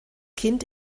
kind